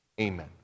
Amen